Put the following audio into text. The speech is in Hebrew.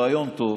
כי זה רעיון טוב.